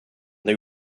they